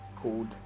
called